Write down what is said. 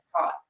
taught